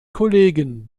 kollegen